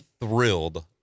thrilled